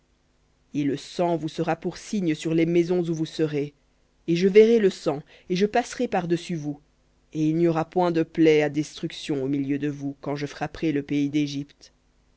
et le sang vous sera pour signe sur les maisons où vous serez et je verrai le sang et je passerai par-dessus vous et il n'y aura point de plaie à destruction au milieu de vous quand je frapperai le pays d'égypte